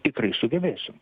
tikrai sugebėsiu